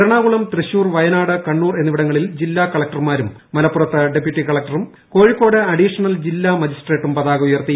എറണാകുളം തൃശൂർ വയനാട് കണ്ണൂർ എന്നിവിടങ്ങളിൽ ജില്ലാ കളക്ടർമാരും മലപ്പുറത്ത് ഡെപ്യൂട്ടി കളക്ടറും കോഴിക്കോട് അഡീഷണൽ ജില്ലാ മജിസ്ട്രേറ്റും പതാക ഉയർത്തി